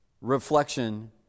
reflection